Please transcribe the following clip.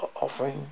offering